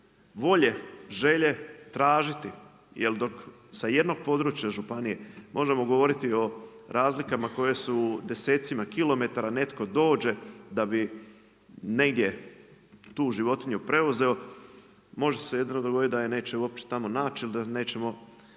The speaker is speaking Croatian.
volje, želje tražiti? Jel dok sa jednog područja županije možemo govoriti o razlikama koje su u desecima kilometara, netko dođe negdje da bi tu životinju preuzeo, može se jedino dogoditi da je neće uopće tamo naći ili da nećemo